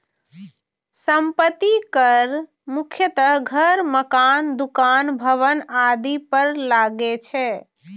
संपत्ति कर मुख्यतः घर, मकान, दुकान, भवन आदि पर लागै छै